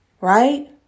Right